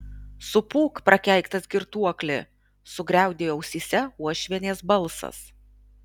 supūk prakeiktas girtuokli sugriaudėjo ausyse uošvienės balsas